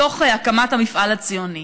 בתוך הקמת המפעל הציוני,